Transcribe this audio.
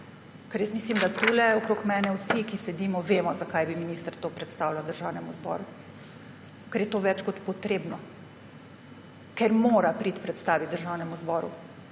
Ker mislim, da tukaj okrog mene vsi, ki sedimo, vemo, zakaj bi minister to predstavljal Državnemu zboru. Ker je to več kot potrebno, ker mora priti predstavit Državnemu zboru.